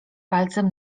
palcem